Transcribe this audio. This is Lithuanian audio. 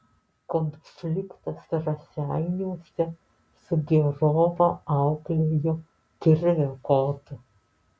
konfliktas raseiniuose sugėrovą auklėjo kirvio kotu